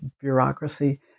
bureaucracy